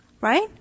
Right